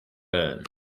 burn